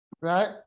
right